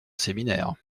séminaire